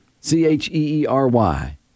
C-H-E-E-R-Y